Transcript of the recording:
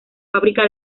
fábrica